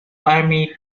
amy